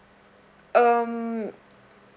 um